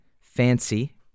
fancy